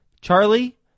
Charlie